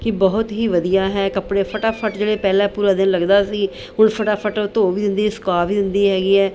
ਕੀ ਬਹੁਤ ਹੀ ਵਧੀਆ ਹੈ ਕੱਪੜੇ ਫਟਾਫਟ ਜਿਹੜੇ ਪਹਿਲਾ ਪੂਰਾ ਦਿਨ ਲੱਗਦਾ ਸੀ ਹੁਣ ਫਟਾਫਟ ਧੋ ਵੀ ਦਿੰਦੀ ਸੁਕਾ ਵੀ ਦਿੰਦੀ ਹੈਗੀ ਹੈ